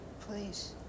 please